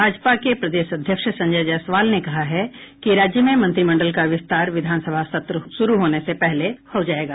भाजपा के प्रदेश अध्यक्ष संजय जायसवाल ने कहा है कि राज्य में मंत्रिमंडल का विस्तार विधानसभा सत्र शुरू होने से पहले हो जाएगा